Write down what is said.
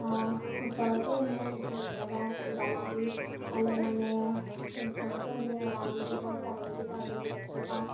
অঁ ওচৰতে এনেই কেতিয়াবা দানা দি হ'লে মানে ওচৰতে এনে এৰাল দি দিব ছাগলীকেইটা বুলি কৈ থৈ যাওঁ